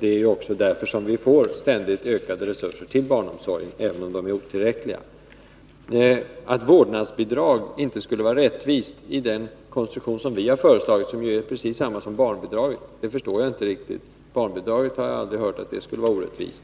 Det är också därför som vi får ständigt ökade resurser till barnomsorgen — även om de är otillräckliga. Att vårdnadsbidraget inte skulle vara rättvist i den konstruktion som vi har föreslagit, som ju är precis detsamma som barnbidraget, förstår jag inte riktigt. Jag har aldrig hört att barnbidraget skulle vara orättvist.